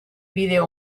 bideo